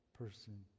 person